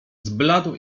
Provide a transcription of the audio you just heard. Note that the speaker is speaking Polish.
zbladł